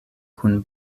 kun